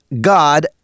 God